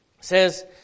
says